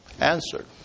answer